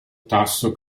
tasso